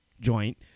joint